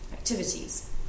activities